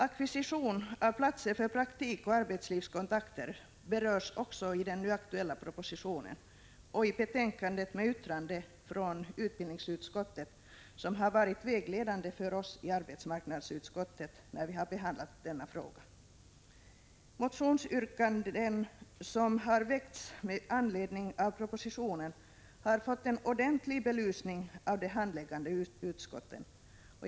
Ackvisition av platser för praktik och arbetslivskontakter berörs också i den nu aktuella propositionen och i betänkandet, med yttrande från utbildningsutskottet, som har varit vägledande för oss i arbetsmarknadsutskottet när vi har behandlat denna fråga. Yrkandena i de motioner som har väckts med anledning av propositionen har fått en ordentlig belysning av de handläggande utskotten.